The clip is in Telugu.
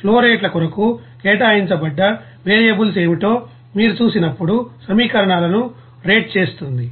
ఫ్లోరేట్ ల కొరకు కేటాయించబడ్డ వేరియబుల్స్ ఏమిటో మీరు చూసినప్పుడు సమీకరణాలను రేట్ చేస్తుంది